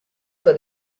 for